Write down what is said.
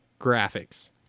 graphics